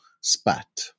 spat